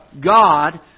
God